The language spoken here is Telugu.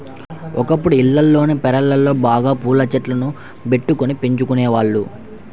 ఒకప్పుడు ఇళ్లల్లోని పెరళ్ళలో బాగా పూల చెట్లను బెట్టుకొని పెంచుకునేవాళ్ళు